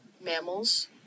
mammals